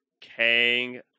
Kang